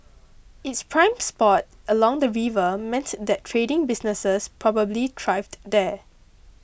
it's prime spot along the river meant that trading businesses probably thrived there